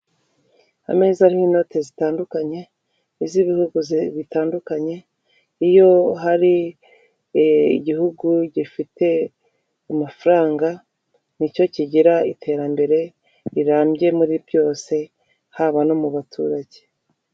Ameza ariho inote zitandukanye iz'ibihugu bitandukanye, iyo hari igihugu gifite amafaranga nicyo kigira iterambere rirambye muri byose haba no mu baturage.